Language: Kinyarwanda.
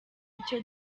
icyo